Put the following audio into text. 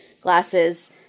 glasses